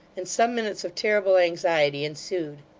and some minutes of terrible anxiety ensued.